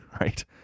right